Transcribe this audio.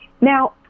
Now